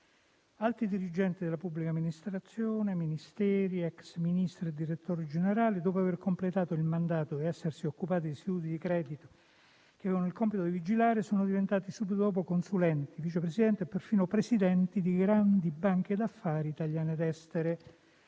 Alti dirigenti della pubblica amministrazione, di Ministeri, ex Ministri e direttori generali, dopo aver completato il mandato ed essersi occupati di istituti di credito che avevano il compito di vigilare, sono diventati subito dopo consulenti, vicepresidenti e perfino presidenti di grandi banche d'affari italiane ed estere.